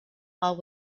are